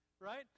right